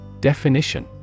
Definition